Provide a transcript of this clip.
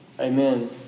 Amen